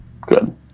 good